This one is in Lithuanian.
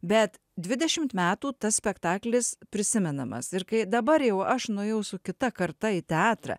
bet dvidešimt metų tas spektaklis prisimenamas ir kai dabar jau aš nuėjau su kita karta į teatrą